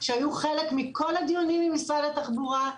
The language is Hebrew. שהיו חלק מכל הדיונים עם משרד התחבורה,